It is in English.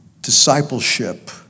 Discipleship